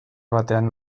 batean